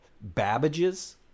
Babbage's